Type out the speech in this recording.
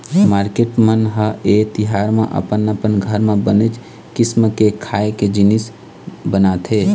marketing मन ह ए तिहार म अपन अपन घर म बनेच किसिम के खाए के जिनिस बनाथे